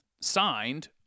signed